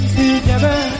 together